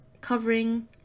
Covering